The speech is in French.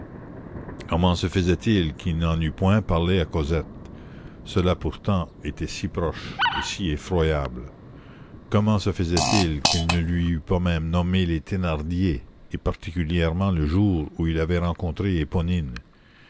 comment se faisait-il qu'il n'en eût point parlé à cosette cela pourtant était si proche et si effroyable comment se faisait-il qu'il ne lui eût pas même nommé les thénardier et particulièrement le jour où il avait rencontré